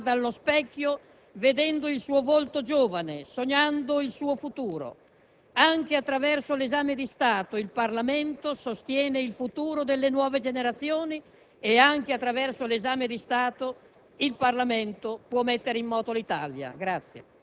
Attraverso l'esame di Stato il Paese si guarda allo specchio vedendo il suo volto giovane, sognando il suo futuro. Anche attraverso l'esame di Stato il Parlamento sostiene il futuro delle nuove generazioni e anche attraverso l'esame di Stato